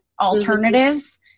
alternatives